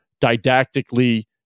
didactically